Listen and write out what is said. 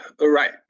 Right